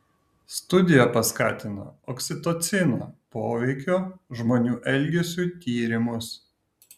studija paskatino oksitocino poveikio žmonių elgesiui tyrimus